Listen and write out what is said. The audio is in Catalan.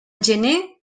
gener